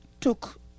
took